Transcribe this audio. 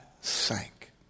sank